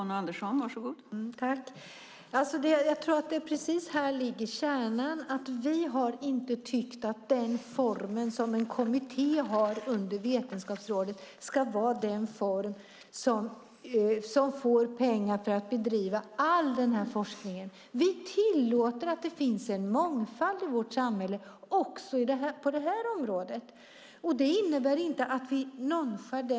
Fru talman! Precis här finns kärnan. Vi har inte tyckt att en kommitté under Vetenskapsrådet ska vara den form som får pengar för att bedriva all denna forskning. Vi tillåter att det finns en mångfald i vårt samhälle också på det här området. Det innebär inte att vi nonchalerar det.